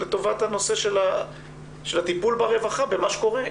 לטובת הנושא של הטיפול ברווחה, במה שקורה?